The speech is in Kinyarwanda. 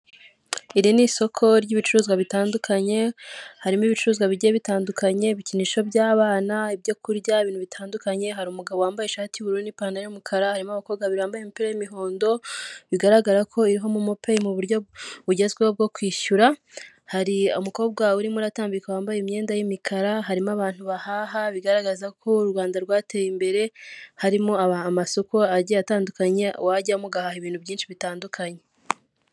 Iri ni isoko ry'ibicuruzwa bitandukanye harimo ibicuruzwa bijye bitandukanye ibikinisho by'abana, ibyo kurya, ibintu bitandukanye hari umugabo wambaye ishati y'ubururu n'ipantaro y'umukara harimo abakobwa babiri bambaye imipira y'imihondo bigaragara ko iriho momopeyi mu buryo bugezweho bwo kwishyura, hari umukobwa urimo uratambika wambaye imyenda y'imikara harimo abantu bahaha bigaragaza ko u rwanda rwateye imbere harimo amasoko agiye atandukanye wajyamo ugaha ibintu byinshi bitandukanye.